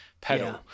pedal